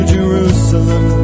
Jerusalem